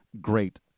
great